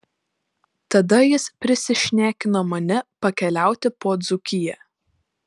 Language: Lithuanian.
tada jis prisišnekino mane pakeliauti po dzūkiją